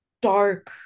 dark